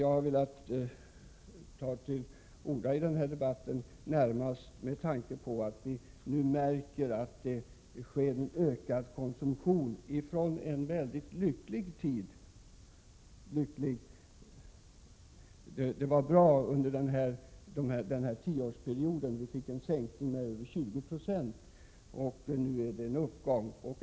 Jag har velat ta till orda i den här debatten, närmast med tanke på att vi nu märker att det sker en ökad konsumtion. Vi hade en lycklig tid under den tioårsperiod när alkoholkonsumtionen minskade med över 20 90. Nu är det emellertid en uppgång igen.